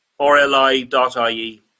RLI.ie